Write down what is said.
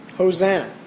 Hosanna